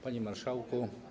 Panie Marszałku!